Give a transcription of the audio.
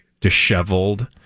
disheveled